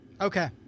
Okay